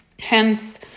Hence